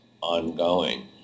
ongoing